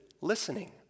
listening